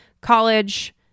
college